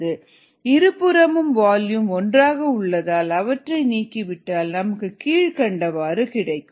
k1ESV k2ESV k3ESV இருபுறமும் volume ஒன்றாகவே உள்ளதால் அவற்றை நீக்கிவிட்டால் நமக்கு கீழ்கண்டவாறு கிடைக்கும்